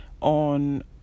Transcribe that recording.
on